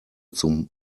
zum